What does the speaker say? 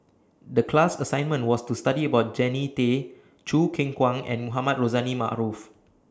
The class assignment was to study about Jannie Tay Choo Keng Kwang and Mohamed Rozani Maarof